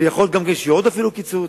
ויכול להיות שיהיה אפילו עוד קיצוץ.